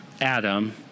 Adam